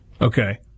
Okay